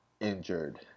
injured